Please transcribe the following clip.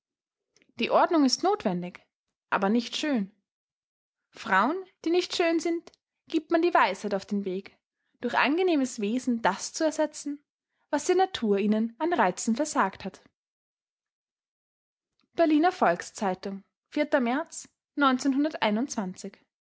die ordnung ist notwendig aber nicht schön frauen die nicht schön sind gibt man die weisheit auf den weg durch angenehmes wesen das zu ersetzen was die natur ihnen an reizen versagt hat berliner volks-zeitung märz